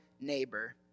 neighbor